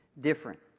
different